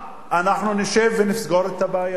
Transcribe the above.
אנחנו נשב ונסגור את הבעיה.